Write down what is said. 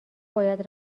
باید